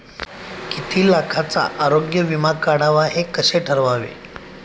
किती लाखाचा आरोग्य विमा काढावा हे कसे ठरवावे?